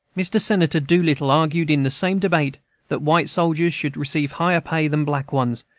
mr. senator doolittle argued in the same debate that white soldiers should receive higher pay than black ones,